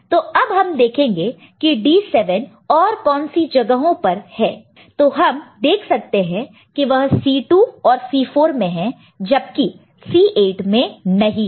तो अब हम देखेंगे की D7 और कौनसी जगहों पर है तो हम देख सकते हैं कि वह C2 और C4 में है जबकि C8 में नहीं है